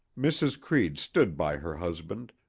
mrs. creede stood by her husband,